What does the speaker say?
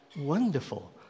wonderful